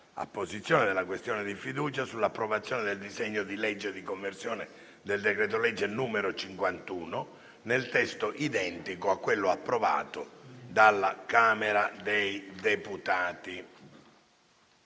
posizione della questione di fiducia sull'approvazione del disegno di legge di conversione del decreto-legge n. 51, nel testo identico a quello approvato dalla Camera dei deputati.